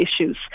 issues